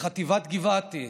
לחטיבת גבעתי,